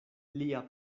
lia